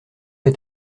est